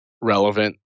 relevant